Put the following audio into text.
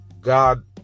God